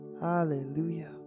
Hallelujah